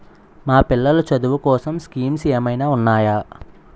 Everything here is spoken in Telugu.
మా పిల్లలు చదువు కోసం స్కీమ్స్ ఏమైనా ఉన్నాయా?